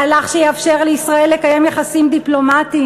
מהלך שיאפשר לישראל לקיים יחסים דיפלומטיים